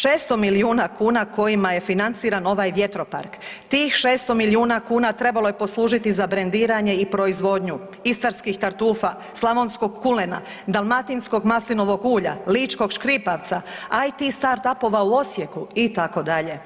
600 milijuna kuna kojima je financiran ovaj vjetropark, tih 600 milijuna kuna trebalo je poslužiti za brendiranje i proizvodnju istarskih tartufa, slavonskog kulena, dalmatinskog maslinovog ulja, ličkog škipavca, IT startupova u Osijeku itd.